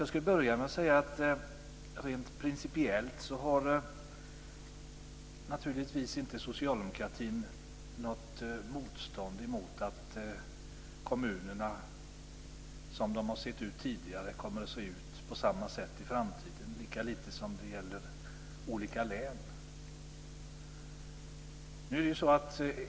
Jag ska börja med att säga att rent principiellt har naturligtvis inte socialdemokratin något motstånd mot att kommunerna inte kommer att se ut precis på samma sätt i framtiden, lika lite som i fråga om olika län.